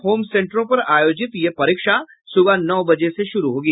home सेंटरों पर आयोजित यह परीक्षा सुबह नौ बजे से शुरू होगी